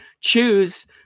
choose